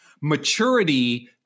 maturity